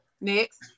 Next